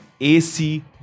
AC